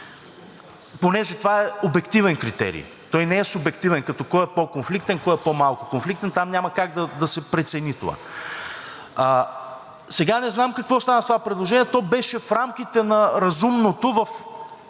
понеже това е обективен критерий. Той не е субективен, като кой е по-конфликтен, кой е по-малко конфликтен – там няма как да се прецени това. Сега, не знам какво става с това предложение, то беше в рамките на разумното в